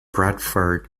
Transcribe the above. bradford